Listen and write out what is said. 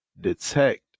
detect